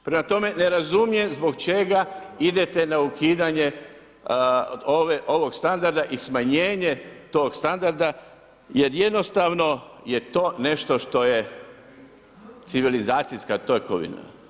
Prema tome, ne razumijem zbog čega idete na ukidanje ovog standarda i smanjenje tog standarda jer jednostavno je to nešto što je civilizacijska tekovina.